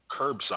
curbside